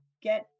get